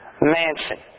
mansion